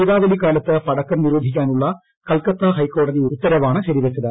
ദീപാവലി കാലത്ത് പടക്കം നിരോധിക്കാനുള്ള കൽക്കത്ത ഹൈക്കോടതി ഉത്തരവാണ് ശരിവച്ചത്